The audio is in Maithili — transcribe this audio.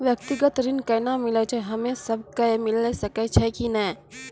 व्यक्तिगत ऋण केना मिलै छै, हम्मे सब कऽ मिल सकै छै कि नै?